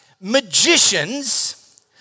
magicians